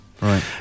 Right